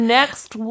next